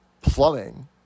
plumbing